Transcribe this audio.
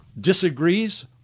disagrees